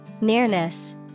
Nearness